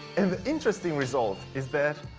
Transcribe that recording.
and the interesting result is that